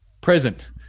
present